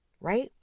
Right